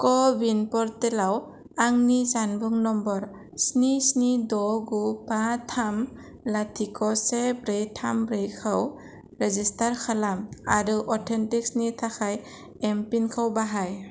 कविन पर्टेलाव आंनि जानबुं नम्बर स्नि स्नि ड' गु बा थाम लाथिख' से ब्रै थाम ब्रैखौ रेजिस्टार खालाम आरो अथेन्टिक्सनि थाखाय एमपिन खौ बाहाय